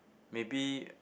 maybe